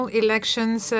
elections